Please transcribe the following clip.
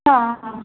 हां हां